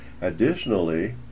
Additionally